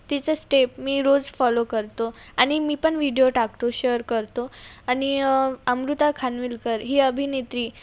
तिचे स्टेप मी रोज फॉलो करतो आणि मी पण व्हिडीयो टाकतो शेअर करतो आणि अमृता खानविलकर ही अभिनेत्री